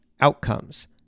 outcomes